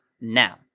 now